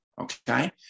okay